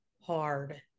hard